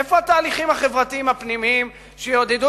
איפה התהליכים החברתיים הפנימיים שיעודדו